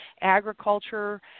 agriculture